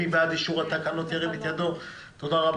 מי בעד אישור התקנות, ירים את ידו, מי נגד?